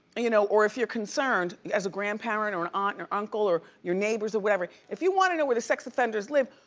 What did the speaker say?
you know or if you're concerned as a grandparent or an aunt and or uncle or your neighbors or whatever, if you wanna know where the sex offenders live,